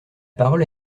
parole